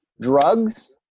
drugs